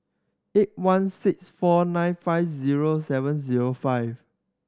eight one six four nine five zero seven zero five